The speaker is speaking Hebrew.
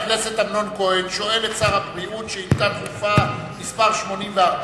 כהן שואל את שר הבריאות שאילתא דחופה מס' 84